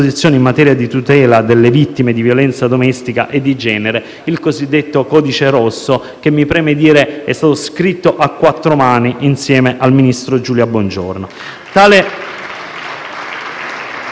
in materia di tutela delle vittime di violenza domestica e di genere, il cosiddetto codice rosso, che - mi preme dirlo - è stato scritto a quattro mani insieme al ministro Giulia Bongiorno.